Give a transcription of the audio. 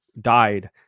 died